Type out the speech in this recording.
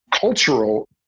cultural